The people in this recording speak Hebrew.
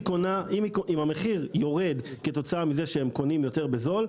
אם המחיר יורד כתוצאה מזה שהם קונים יותר בזול,